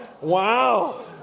wow